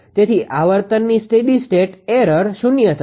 તેથી આવર્તનની steady state error શૂન્ય થશે